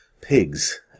pigs